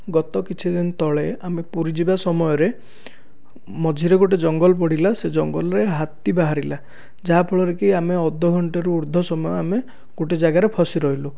ଗତ କିଛି ଦିନ ତଳେ ଆମେ ପୁରୀ ଯିବା ସମୟରେ ମଝିରେ ଗୋଟେ ଜଙ୍ଗଲ ପଡ଼ିଲା ସେ ଜଙ୍ଗଲରେ ହାତୀ ବାହାରିଲା ଯାହା ଫଳରେକି ଆମେ ଅଧଘଣ୍ଟାରୁ ଉର୍ଦ୍ଧ ସମୟ ଆମେ ଗୋଟିଏ ଜାଗାରେ ଫସି ରହିଲୁ